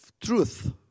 truth